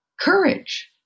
courage